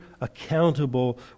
accountable